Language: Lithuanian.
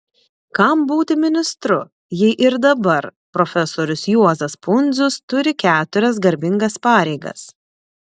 kam būti ministru jei ir dabar profesorius juozas pundzius turi keturias garbingas pareigas